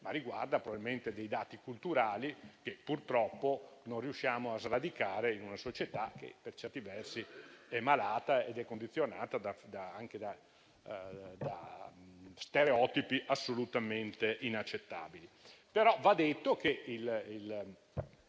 ma probabilmente dati culturali che purtroppo non riusciamo a sradicare in una società che per certi versi è malata e condizionata anche da stereotipi assolutamente inaccettabili. Tuttavia, va detto che il